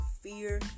fear